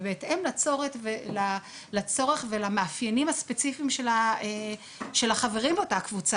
ובהתאם לצורך ולמאפיינים הספציפיים של החברים באותה קבוצה,